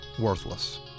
worthless